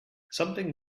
something